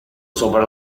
sopra